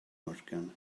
morgan